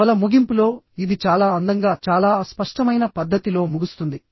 నవల ముగింపులో ఇది చాలా అందంగాచాలా అస్పష్టమైన పద్ధతిలో ముగుస్తుంది